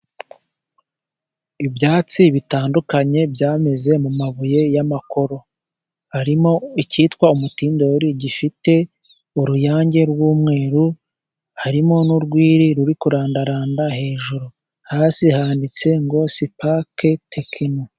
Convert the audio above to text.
Ibyatsi bitandukanye byameze mu mabuye y'amakoro, harimo icyitwa umutindori, gifite uruyange rw'umweru, harimo n'urwiri ruri kurandaranda hejuru, hasi handitse ngo sipake tekino.